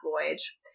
voyage